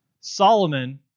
Solomon